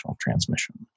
transmission